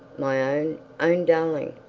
my own, own darling,